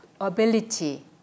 ability